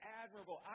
admirable